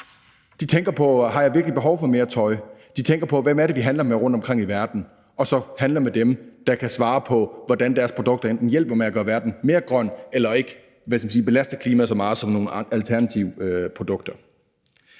de tænker: Har jeg virkelig behov for mere tøj? De tænker på, hvem det er, de handler med rundtomkring i verden, og så handler de med dem, der kan svare på, hvordan deres produkter enten hjælper med at gøre verden mere grøn eller ikke, hvad skal man sige, belaster klimaet lige så meget som alternative produkter.